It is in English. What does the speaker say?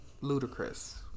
ludicrous